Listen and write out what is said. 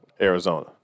Arizona